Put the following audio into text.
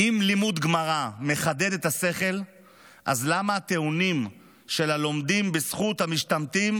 "אם לימוד גמרא מחדד את השכל אז למה הטיעונים של הלומדים בזכות השתמטותם